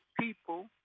people